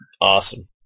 Awesome